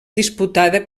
disputada